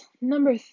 number